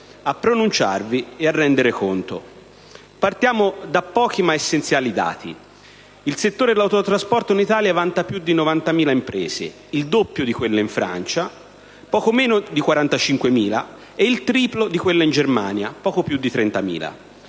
a pronunciarvi e a rendere conto. Partiamo da pochi ma essenziali dati: il settore dell'autotrasporto in Italia vanta più di 90.000 imprese, il doppio di quelle in Francia (poco meno di 45.000) e il triplo di quelle in Germania (poco più di 30.000).